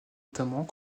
notamment